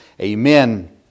Amen